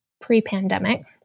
pre-pandemic